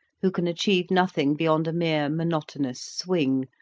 who can achieve nothing beyond a mere monotonous swing,